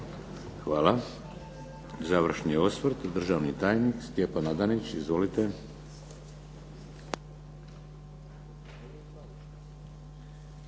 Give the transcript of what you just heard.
Hvala. Završni osvrt, državni tajnik Stjepan Adanić. Izvolite.